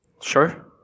Sure